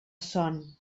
son